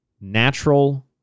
Natural